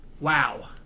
wow